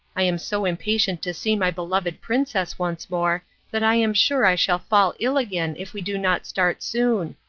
i am so impatient to see my beloved princess once more that i am sure i shall fall ill again if we do not start soon.